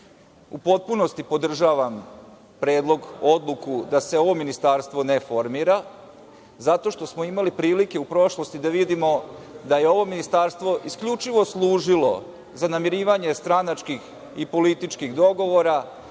u potpunosti podržavam predlog, odluku da se ovo ministarstvo ne formira, zato što smo imali prilike u prošlosti da vidimo da je ovo ministarstvo isključivo služilo za namirivanje stranačkih i političkih dogovora